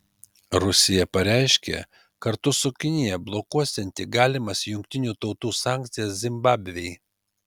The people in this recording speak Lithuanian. rusija pareiškė kartu su kinija blokuosianti galimas jungtinių tautų sankcijas zimbabvei